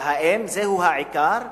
אבל האם זהו העיקר?